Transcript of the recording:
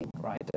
right